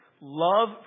love